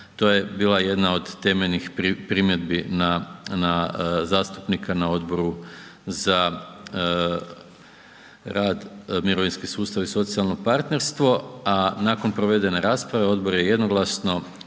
to je bila jedna od temeljenih primjedbi na zastupnika na Odboru za rad, mirovinski sustav i socijalno partnerstvo a nakon provedene rasprave, odbor je jednoglasno